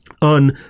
on